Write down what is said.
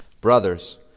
Brothers